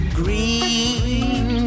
green